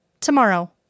Tomorrow